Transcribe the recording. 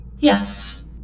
Yes